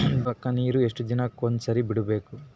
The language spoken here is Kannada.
ಜೋಳ ಕ್ಕನೀರು ಎಷ್ಟ್ ದಿನಕ್ಕ ಒಂದ್ಸರಿ ಬಿಡಬೇಕು?